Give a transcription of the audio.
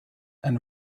and